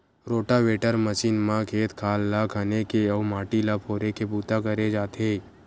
rotavator machine म खेत खार ल खने के अउ माटी ल फोरे के बूता करे जाथे